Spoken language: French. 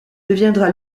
deviendra